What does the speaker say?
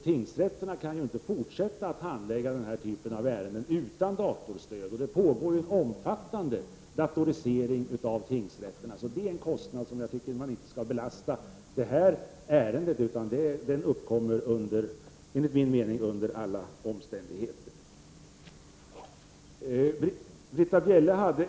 Tingsrätterna kan inte fortsätta att handlägga denna typ av ärenden utan datorstöd. Det pågår en omfattande datorisering av tingsrätterna. Det är en kostnad som jag tycker att man inte skall belasta det här ärendet med, utan den kostnaden uppkommer enligt min mening under alla omständigheter.